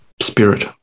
spirit